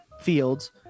fields